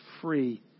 free